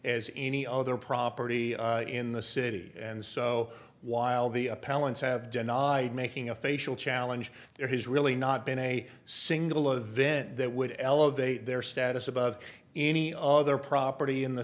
in any other property in the city and so while the appellants have denied making a facial challenge there has really not been a single event that would elevate their status above any other property in the